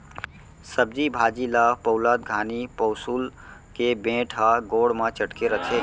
सब्जी भाजी ल पउलत घानी पउंसुल के बेंट ह गोड़ म चटके रथे